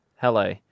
Hello